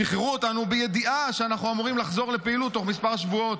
שחררו אותנו בידיעה שאנחנו אמורים לחזור לפעילות תוך מספר שבועות.